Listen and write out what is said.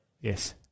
Yes